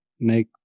make